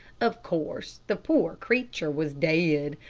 of course, the poor creature was dead,